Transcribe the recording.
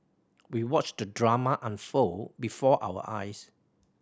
we watched the drama unfold before our eyes